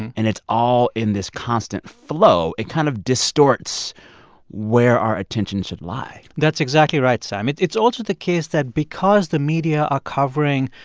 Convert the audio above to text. and it's all in this constant flow. it kind of distorts where our attention should lie that's exactly right, sam. it's it's also the case that because the media are covering,